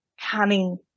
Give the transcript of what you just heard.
cunning